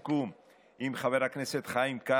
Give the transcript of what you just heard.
בחור צעיר עם